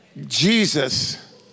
Jesus